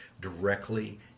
directly